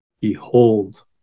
Behold